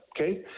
Okay